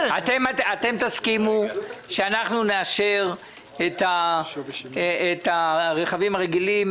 תסכימו שאנחנו נאשר את הרכבים הרגילים